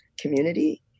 community